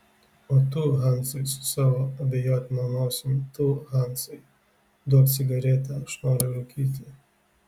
o tu hansai su savo abejotina nosimi tu hansai duok cigaretę aš noriu rūkyti